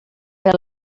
per